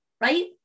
right